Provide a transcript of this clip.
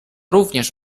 również